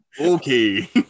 Okay